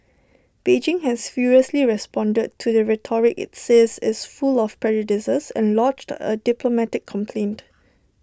Beijing has furiously responded to the rhetoric IT says is full of prejudices and lodged A diplomatic complaint